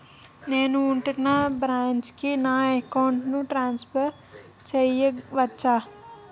నేను ఉంటున్న బ్రాంచికి నా అకౌంట్ ను ట్రాన్సఫర్ చేయవచ్చా?